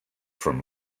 from